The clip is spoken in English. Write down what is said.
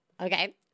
Okay